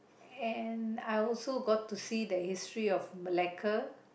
and I also got to see the history of Malacca